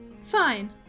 Fine